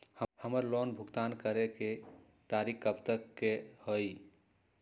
हमार लोन भुगतान करे के तारीख कब तक के हई?